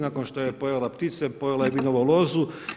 Nakon što je pojela ptice, pojela je vinovu lozu.